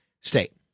state